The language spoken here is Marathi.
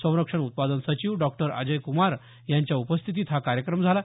संरक्षण उत्पादन सचिव डॉक्टर अजय क्मार यांच्या उपस्थितीत हा कार्यक्रम झाला